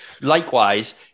Likewise